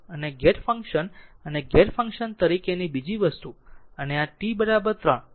અને gate function અને gate function તરીકેની બીજી વસ્તુ અને આ t 3